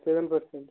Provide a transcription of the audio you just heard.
seven percent